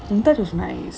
mumtaz is nice